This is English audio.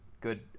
good